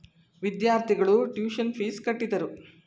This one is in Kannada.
ವಿದ್ಯಾರ್ಥಿಗಳು ಟ್ಯೂಷನ್ ಪೀಸ್ ಕಟ್ಟಿದರು